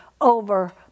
over